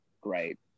great